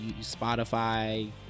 spotify